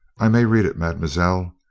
i may read it, mademoiselle,